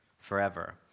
forever